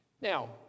Now